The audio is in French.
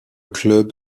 club